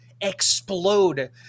explode